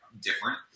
different